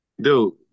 Dude